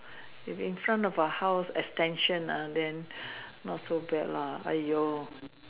if in front of her house extension ah then not so bad lah !aiyo!